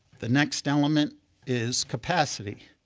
the next element is capacity.